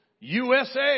USA